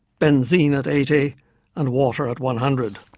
benzene at eighty and water at one hundred.